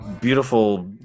beautiful